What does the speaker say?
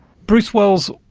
bruce wells,